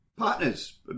Partners